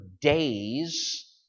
days